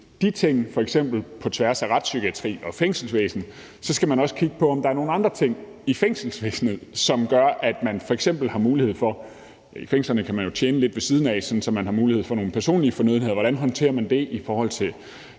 de ting f.eks. på tværs af retspsykiatrien og fængselsvæsenet, skal man også kigge på, om der er nogle andre ting i fængselsvæsenet – f.eks. at man har mulighed for i fængslerne at tjene lidt ved siden af, sådan at man har mulighed for at købe nogle personlige fornødenheder. Og hvordan håndterer man det i forhold til